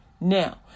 Now